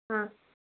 ஆ